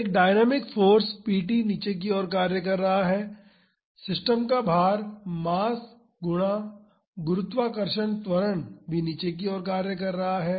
तो एक dynamic force p नीचे की ओर कार्य कर रहा है सिस्टम का भार मास गुणा गुरुत्वाकर्षण त्वरण भी नीचे की ओर कार्य कर रहा है